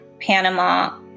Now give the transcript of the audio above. Panama